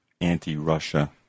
anti-Russia